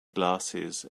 glasses